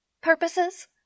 purposes